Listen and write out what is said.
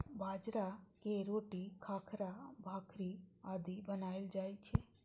बाजरा के रोटी, खाखरा, भाकरी आदि बनाएल जाइ छै